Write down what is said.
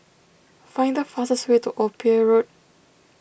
find the fastest way to Old Pier Road